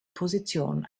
position